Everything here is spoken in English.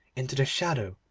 into the shadow,